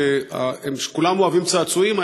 שכולם אוהבים צעצועים,